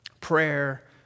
Prayer